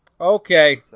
Okay